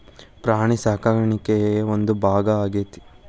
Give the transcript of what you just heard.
ಪ್ರಾಣಿ ಸಾಕಾಣಿಕೆಯ ಒಂದು ಭಾಗಾ ಆಗೆತಿ